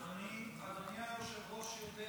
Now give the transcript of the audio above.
אדוני היושב-ראש יודע